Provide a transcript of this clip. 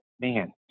man